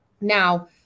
Now